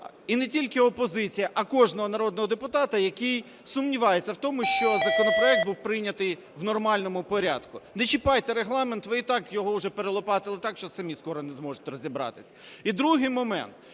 і не тільки опозиції, а кожного народного депутата, який сумнівається в тому, що законопроект був прийнятий в нормальному порядку. Не чіпайте Регламент, ви і так його вже перелопатили так, що і самі скоро не зможете розібратися. І другий момент.